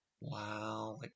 Wow